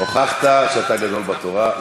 הוכחת שאתה גדול בתורה,